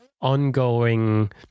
ongoing